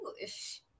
English